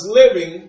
living